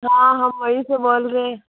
हाँ हम वहीं से बोल रहे